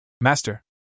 Master